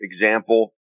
example